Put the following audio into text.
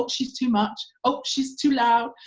but she's too much, oh, she's too loud.